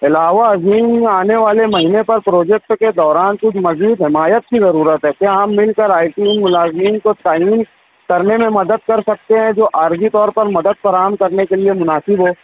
علاوہ ازیں آنے والے مہینے پر پروجیکٹ کے دوران کچھ مزید حمایت کی ضرورت ہے کیا ہم مل کر آئی ٹی ملازمین کو سائن ان کرنے میں مدد کرسکتے ہیں جو عارضی طور پر مدد فراہم کرنے کے لیے مناسب ہے